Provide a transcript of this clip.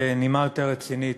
בנימה יותר רצינית,